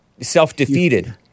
self-defeated